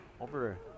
Over